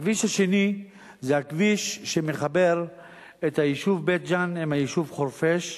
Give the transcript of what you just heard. הכביש השני זה הכביש שמחבר את היישוב בית-ג'ן עם היישוב חורפיש,